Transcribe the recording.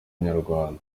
inyarwanda